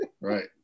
Right